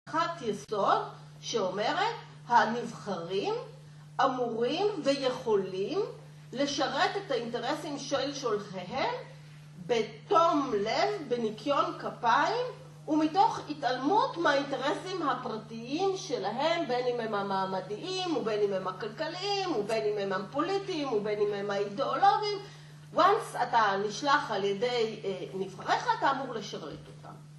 הנחת יסוד שאומרת הנבחרים אמורים ויכולים לשרת את האינטרסים של שולחיהם בתום לב, בניקיון כפיים ומתוך התעלמות מהאינטרסים הפרטיים שלהם בין אם הם המעמדיים ובין אם הם הכלכליים ובין אם הם הפוליטיים ובין אם הם האידיאולוגיים. אחר כך כשאתה נשלח על ידי נבחרייך אתה אמור לשרת אותם.